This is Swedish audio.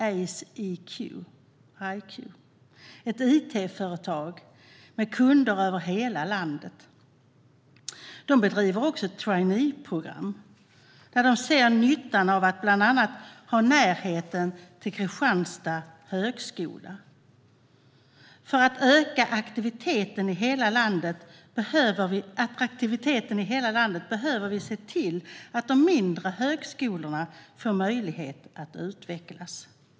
Ace IQ är ett it-företag med kunder över hela landet. De bedriver också traineeprogram där de ser nyttan av att bland annat ha närheten till Högskolan Kristianstad. För att öka attraktiviteten i hela landet behöver vi se till att de mindre högskolorna får möjlighet att utvecklas.